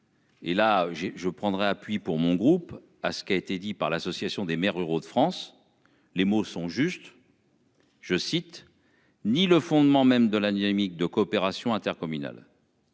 Et là j'ai je prendrai appui pour mon groupe à ce qui a été dit par l'Association des maires ruraux de France. Les mots sont justes.-- Je cite, ni le fondement même de la Namik de coopération intercommunale.--